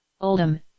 Oldham